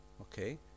okay